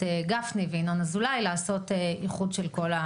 גפני ויינון אזולאי לעשות איחוד של כל ה